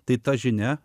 tai ta žinia